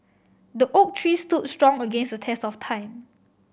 the oak tree stood strong against the test of time